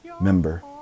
member